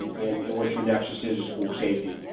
and and what your nexus is to school safety.